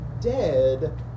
dead